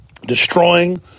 Destroying